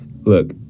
Look